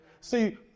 See